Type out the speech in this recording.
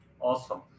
Awesome